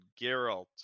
Geralt